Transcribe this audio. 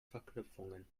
verknüpfungen